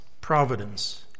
providence